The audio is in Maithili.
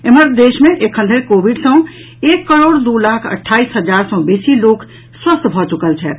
एम्हर देश मे एखन धरि कोविड सँ एक करोड़ दू लाख अट्ठाईस हजार सँ बेसी लोक स्वस्थ भऽ चुकल छथि